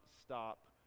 stop